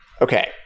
Okay